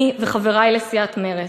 אני וחברי לסיעת מרצ,